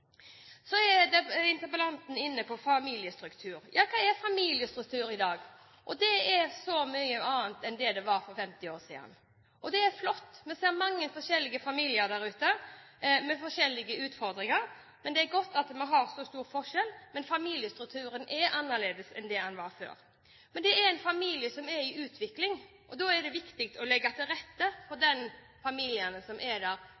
Så er interpellanten inne på familiestruktur. Ja, hva er familiestruktur i dag? Det er noe annet enn det var for 50 år siden. Det er flott. Vi ser mange forskjellige familier der ute med forskjellige utfordringer. Det er godt at vi har store forskjeller, men familiestrukturen er annerledes enn den var før. Det er en familie som er i utvikling, og da er det viktig å legge til rette for de familiene som finnes, både de som er